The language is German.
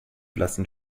blassen